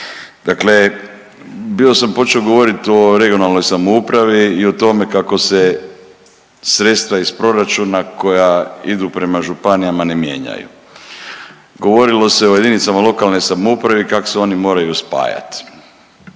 Dakle, bio sam počeo govoriti o regionalnoj samoupravi i o tome kako se sredstva iz proračuna koja idu prema županijama ne mijenjaju. Govorilo se o jedinicama lokalne samouprave kako se oni moraju spajati.